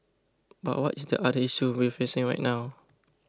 but what is the other issue we're facing right now